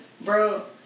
bro